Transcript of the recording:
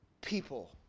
people